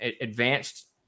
advanced